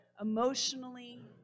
emotionally